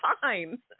fine